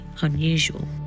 unusual